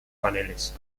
paneles